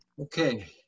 Okay